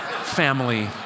family